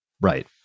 Right